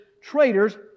traitors